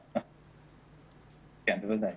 כן, בוודאי.